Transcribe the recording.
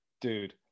Dude